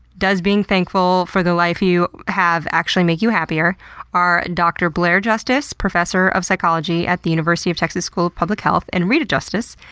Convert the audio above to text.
does being thankful for the life you have actually make you happier are drs blair justice, professor of psychology at the university of texas school of public health, and rita justice,